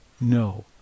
no